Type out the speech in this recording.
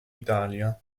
italia